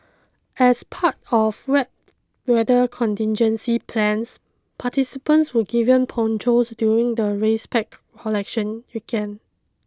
as part of wet weather contingency plans participants were given ponchos during the race pack collection weekend